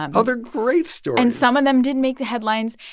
and oh, they're great stories. and some of them didn't make the headlines.